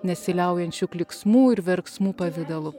nesiliaujančių klyksmų ir verksmų pavidalu